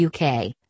UK